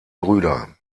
brüder